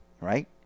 right